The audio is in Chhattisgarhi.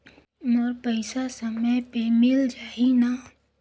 मोर पइसा समय पे मिल जाही न?